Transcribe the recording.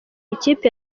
ikipe